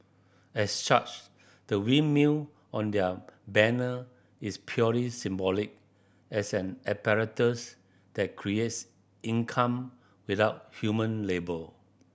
as such the windmill on their banner is purely symbolic as an apparatus that creates income without human labour